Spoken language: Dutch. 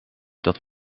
dat